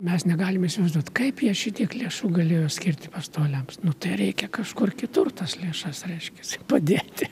mes negalime įsivaizduot kaip jie šitiek lėšų galėjo skirti pastoliams nu tai reikia kažkur kitur tas lėšas reiškiasi padėti